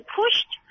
pushed